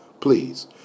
Please